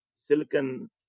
silicon